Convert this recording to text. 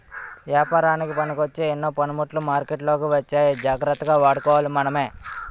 ఏపారానికి పనికొచ్చే ఎన్నో పనిముట్లు మార్కెట్లోకి వచ్చాయి జాగ్రత్తగా వాడుకోవాలి మనమే